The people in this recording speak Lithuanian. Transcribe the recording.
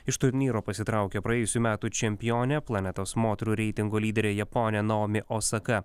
iš turnyro pasitraukė praėjusių metų čempionė planetos moterų reitingo lyderė japonė naomi osaka